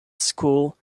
school